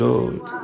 Lord